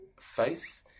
faith